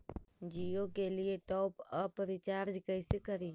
जियो के लिए top up recharge कैसे करी?